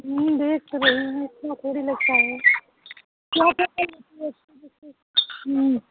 देख रही हूँ इतना थोड़ी लगता है क्या कर रही हो